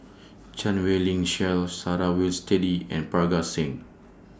Chan Wei Ling Cheryl Sarah Winstedt and Parga Singh